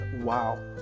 wow